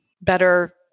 better